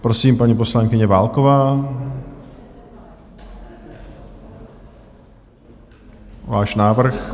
Prosím, paní poslankyně Válková, váš návrh.